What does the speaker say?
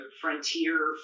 frontier